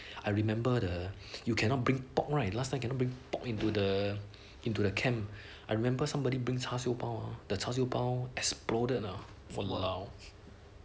I remember the you cannot bring pork right last time cannot bring pork into the into the camp I remember somebody brings char siew bao the char siew bao exploded ah !walao!